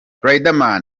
riderman